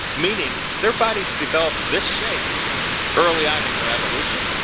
meaning their bodies developed this shape early on in their evolution.